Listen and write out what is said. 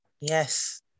Yes